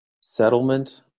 settlement